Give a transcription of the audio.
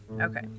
Okay